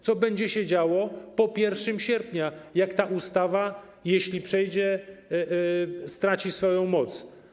Co będzie się działo po 1 sierpnia, gdy ta ustawa, jeśli przejdzie, straci swoją moc?